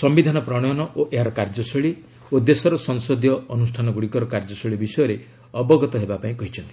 ସମ୍ଘିଧାନ ପ୍ରଣୟନ ଓ ଏହାର କାର୍ଯ୍ୟଶୈଳୀ ଓ ଦେଶର ସଂସଦୀୟ ଅନୁଷ୍ଠାନଗୁଡ଼ିକର କାର୍ଯ୍ୟଶୈଳୀ ବିଷୟରେ ଅବଗତ ହେବାକୁ କହିଛନ୍ତି